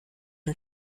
und